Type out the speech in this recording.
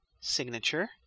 signature